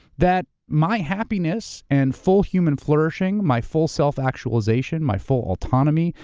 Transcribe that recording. that my happiness and full human flourishing, my full self-actualization, my full autonomy,